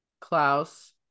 Klaus